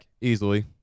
easily